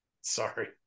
sorry